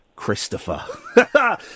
Christopher